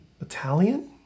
Italian